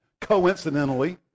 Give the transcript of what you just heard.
coincidentally